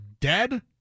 dead